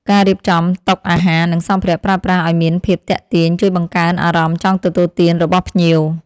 ការរៀបចំតុអាហារនិងសម្ភារៈប្រើប្រាស់ឱ្យមានភាពទាក់ទាញ ជួយបង្កើនអារម្មណ៍ចង់ទទួលទានរបស់ភ្ញៀវ។